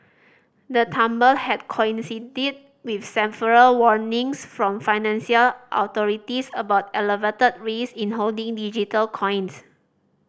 the tumble had coincided with several warnings from financial authorities about elevated risk in holding digital coins